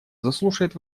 заслушает